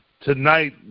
tonight